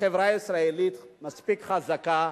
שהחברה הישראלית מספיק חזקה,